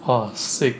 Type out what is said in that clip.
!wah! sick